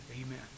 amen